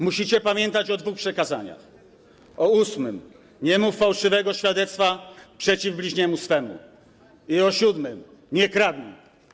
Musicie pamiętać o dwóch przykazaniach, o ósmym: nie mów fałszywego świadectwa przeciw bliźniemu swemu, i o siódmym: nie kradnij.